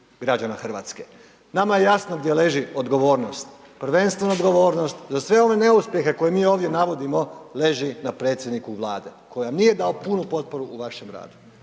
građana Hrvatske. Nama je jasno gdje leži odgovornost, prvenstveno odgovornost za sve ove neuspjehe koje mi ovdje navodimo leži na predsjedniku Vlade, koji vam nije dao punu potporu u vašem radu.